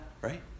right